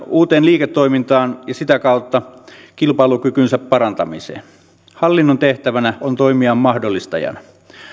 uuteen liiketoimintaan ja sitä kautta kilpailukykynsä parantamiseen hallinnon tehtävänä on toimia mahdollistajana